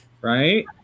right